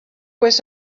was